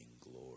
glory